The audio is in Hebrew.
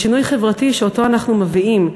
מהשינוי החברתי שאנחנו מביאים.